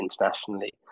internationally